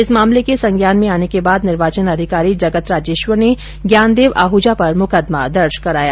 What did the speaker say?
इस मामले के संज्ञान में आने के बाद निर्वाचन अधिकारी जगत राजेश्वर ने ज्ञानदेव आहूजा पर मुकदमा दर्ज कराया